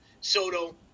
Soto